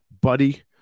Buddy